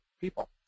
people